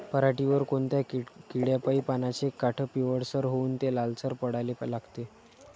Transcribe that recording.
पऱ्हाटीवर कोनत्या किड्यापाई पानाचे काठं पिवळसर होऊन ते लालसर पडाले लागते?